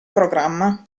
programma